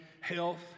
health